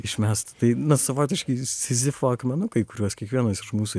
išmest tai savotiški sizifo akmenukai kuriuos kiekvienas iš mūsų